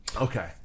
Okay